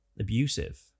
abusive